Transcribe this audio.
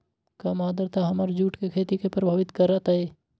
कम आद्रता हमर जुट के खेती के प्रभावित कारतै?